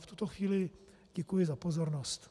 V tuto chvíli děkuji za pozornost.